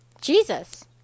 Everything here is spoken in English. Jesus